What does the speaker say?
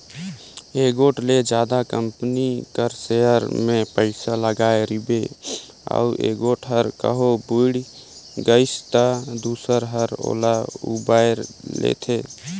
एगोट ले जादा कंपनी कर सेयर में पइसा लगाय रिबे अउ एगोट हर कहों बुइड़ गइस ता दूसर हर ओला उबाएर लेथे